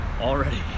already